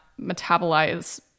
metabolize